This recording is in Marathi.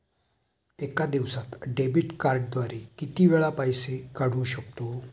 एका दिवसांत डेबिट कार्डद्वारे किती वेळा पैसे काढू शकतो?